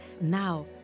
Now